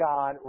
God